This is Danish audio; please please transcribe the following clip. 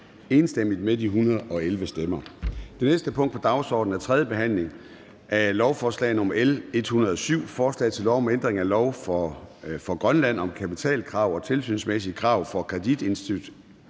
enstemmigt med 111 stemmer. --- Det næste punkt på dagsordenen er: 3) 3. behandling af lovforslag nr. L 107: Forslag til lov om ændring af lov for Grønland om kapitalkrav og tilsynsmæssige krav for kreditinstitutter